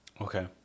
Okay